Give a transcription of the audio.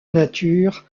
nature